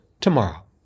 tomorrow